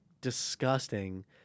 disgusting